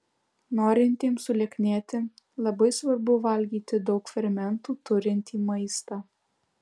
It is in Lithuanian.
norintiems sulieknėti labai svarbu valgyti daug fermentų turintį maistą